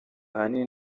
ahanini